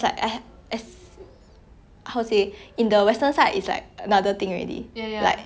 they embrace their curves all that but I think in asia it's still skinny you need to be skinny ya